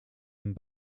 een